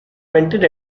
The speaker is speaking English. vented